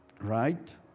right